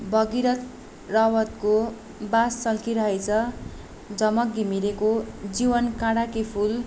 भगिरथ रावतको बास सल्किरहेछ झमक घिमिरेको जीवन काँढा कि फुल